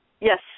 Yes